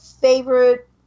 favorite